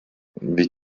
wie